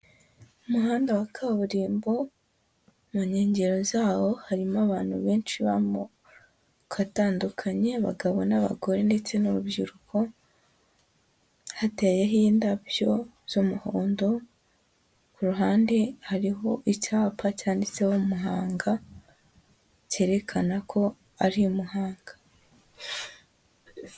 Umuhanda wa kaburimbo mu nkengero zawo harimo abantu benshi b'amoko atandukanye, abagabo n'abagore ndetse n'urubyiruko, hateyeho indabyo z'umuhondo, ku ruhande hariho icyapa cyanditseho Muhanga cyerekana ko ari i Muhanga.